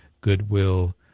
goodwill